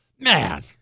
Man